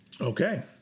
okay